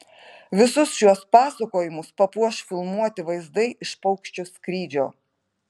visus šiuos pasakojimus papuoš filmuoti vaizdai iš paukščio skrydžio